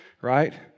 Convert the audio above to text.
right